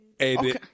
Okay